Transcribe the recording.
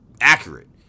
accurate